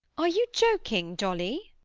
are you joking, dolly?